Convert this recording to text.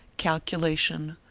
calculation,